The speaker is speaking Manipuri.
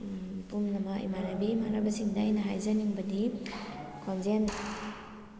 ꯄꯨꯝꯅꯃꯛ ꯏꯃꯥꯟꯅꯕꯤ ꯏꯃꯥꯟꯅꯕ ꯁꯤꯡꯗ ꯑꯩꯅ ꯍꯥꯏꯖꯅꯤꯡꯕꯗꯤ ꯈꯣꯟꯖꯦꯜ